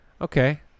Okay